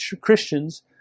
Christians